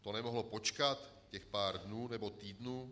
To nemohlo počkat těch pár dnů nebo týdnů?